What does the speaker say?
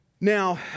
now